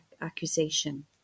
accusation